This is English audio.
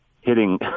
hitting